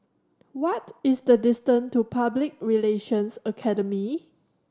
what is the distance to Public Relations Academy